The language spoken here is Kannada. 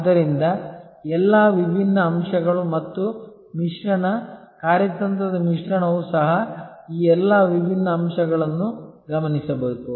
ಆದ್ದರಿಂದ ಎಲ್ಲಾ ವಿಭಿನ್ನ ಅಂಶಗಳು ಮತ್ತು ಮಿಶ್ರಣ ಕಾರ್ಯತಂತ್ರದ ಮಿಶ್ರಣವು ಸಹ ಈ ಎಲ್ಲಾ ವಿಭಿನ್ನ ಅಂಶಗಳನ್ನು ಗಮನಿಸಬೇಕು